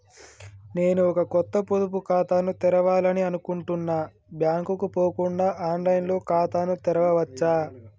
నేను ఒక కొత్త పొదుపు ఖాతాను తెరవాలని అనుకుంటున్నా బ్యాంక్ కు పోకుండా ఆన్ లైన్ లో ఖాతాను తెరవవచ్చా?